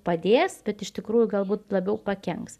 padės bet iš tikrųjų galbūt labiau pakenks